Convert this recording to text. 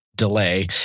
Delay